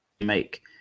make